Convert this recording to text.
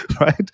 right